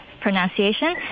pronunciation